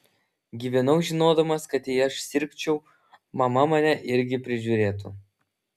gyvenau žinodamas kad jei aš sirgčiau mama mane irgi prižiūrėtų